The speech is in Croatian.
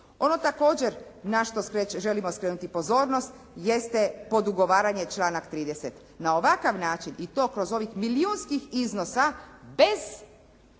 Ono također na što želimo skrenuti pozornost jeste pod ugovaranje članak 30. Na ovakav način i to kroz ovih milijunskih iznosa bez